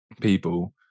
people